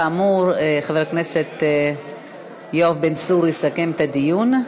כאמור, חבר הכנסת יואב בן צור יסכם את הדיון,